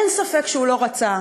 אין ספק שהוא לא רצה.